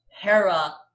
Hera